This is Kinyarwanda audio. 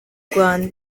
rwanda